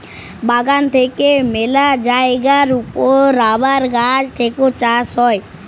বাগান থেক্যে মেলা জায়গার ওপর রাবার গাছ থেক্যে চাষ হ্যয়